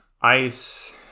ice